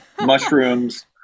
Mushrooms